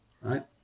Right